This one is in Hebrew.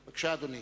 בבקשה, אדוני.